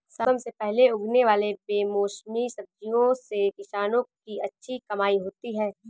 समय से पहले उगने वाले बेमौसमी सब्जियों से किसानों की अच्छी कमाई होती है